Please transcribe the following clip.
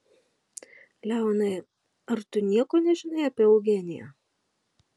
leonai ar tu nieko nežinai apie eugeniją